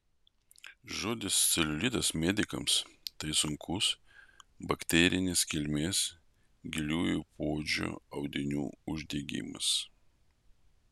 žodis celiulitas medikams tai sunkus bakterinės kilmės giliųjų poodžio audinių uždegimas